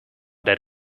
that